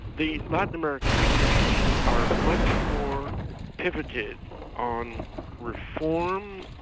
the latin american countries are much more pivoted on reform,